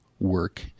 work